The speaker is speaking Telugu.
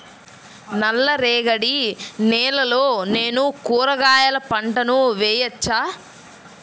నల్ల రేగడి నేలలో నేను కూరగాయల పంటను వేయచ్చా?